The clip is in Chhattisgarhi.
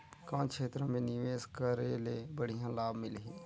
कौन क्षेत्र मे निवेश करे ले बढ़िया लाभ मिलही?